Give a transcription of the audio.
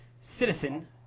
Citizen